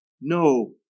No